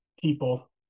People